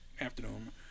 afternoon